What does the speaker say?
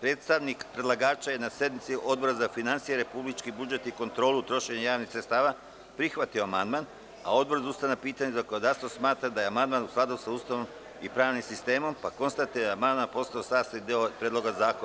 Predstavnik predlagača je na sednici Odbora za finansije, republički budžet i kontrolu trošenja javnih sredstava prihvatio amandman, a Odbor za ustavna pitanja i zakonodavstvo smatra da je amandman u skladu sa Ustavom i pravnim sistemom, pa konstatujem da je amandman postao sastavni deo Predloga zakona.